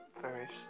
various